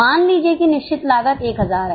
मान लीजिए कि निश्चित लागत 1000 है